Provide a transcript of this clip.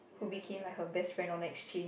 who became like her best friend on exchange